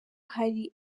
hari